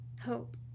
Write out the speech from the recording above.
hope